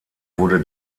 wurde